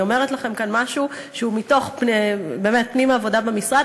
אני אומרת לכם כאן משהו שהוא באמת מתוך פנים העבודה במשרד,